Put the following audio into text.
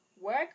Work